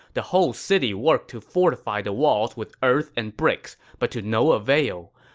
the whole city worked to fortify the walls with earth and bricks, but to no avail.